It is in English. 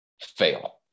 fail